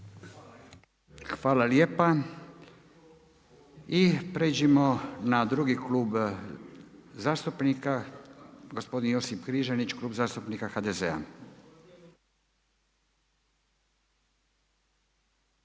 Hvala lijepa. I pređimo na drugi klub zastupnika gospodin Josip Križanić, Klub zastupnika HDZ-a.